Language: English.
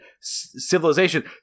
civilization